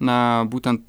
na būtent